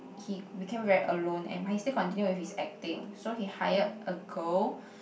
he became very alone and but he still continue with his acting so he hired a girl